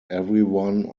everyone